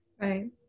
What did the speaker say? Right